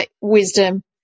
wisdom